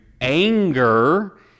anger